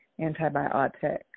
antibiotic